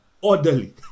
orderly